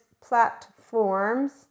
platforms